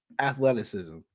athleticism